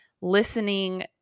listening